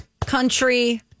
country